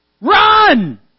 Run